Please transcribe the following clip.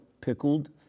pickled